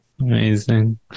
Amazing